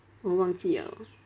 我忘记 liao